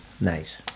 Nice